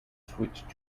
switched